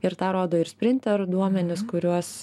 ir tą rodo ir sprinter duomenys kuriuos